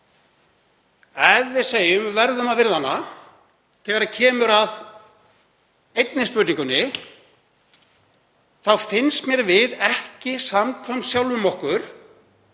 Ef við segjum að við verðum að virða hana þegar kemur að einni spurningunni þá finnst mér við ekki samkvæm sjálfum okkur